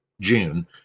June